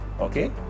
okay